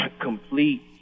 complete